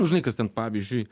žinai kas ten pavyzdžiui